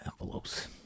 envelopes